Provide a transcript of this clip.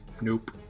Nope